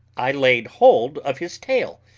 i laid hold of his tail,